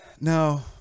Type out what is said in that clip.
No